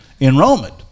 enrollment